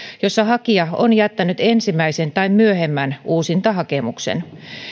joissa hakija on jättänyt ensimmäisen tai myöhemmän uusintahakemuksen